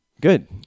Good